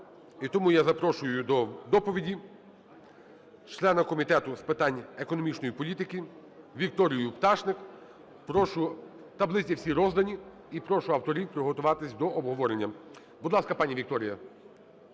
і тому я запрошую до доповіді члена комітету з питань економічної політики Вікторію Пташник. Прошу. Таблиці всі роздані. І прошу авторів підготуватись до обговорення. Будь ласка, пані Вікторія.